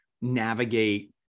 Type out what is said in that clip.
navigate